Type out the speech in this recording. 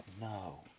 No